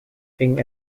thing